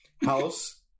house